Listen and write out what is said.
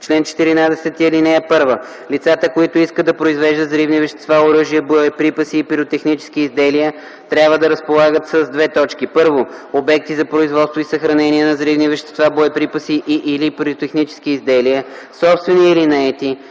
“Чл. 14. (1) Лицата, които искат да произвеждат взривни вещества, оръжия, боеприпаси и пиротехнически изделия, трябва да разполагат със: 1. обекти за производство и съхранение на взривни вещества, боеприпаси и/или пиротехнически изделия, собствени или наети,